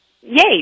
yay